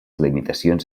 limitacions